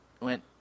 went